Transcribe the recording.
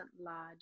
Lad